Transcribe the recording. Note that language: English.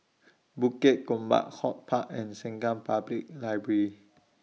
Bukit Gombak Hort Park and Sengkang Public Library